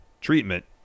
treatment